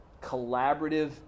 collaborative